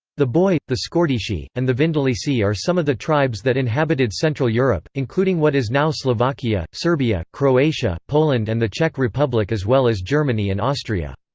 the boii, the scordisci, and the vindelici are some of the tribes that inhabited central europe, including what is now slovakia, serbia, croatia, poland and the czech republic as well as germany and austria.